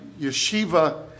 yeshiva